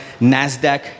NASDAQ